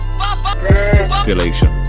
population